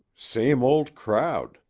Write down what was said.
same old crowd,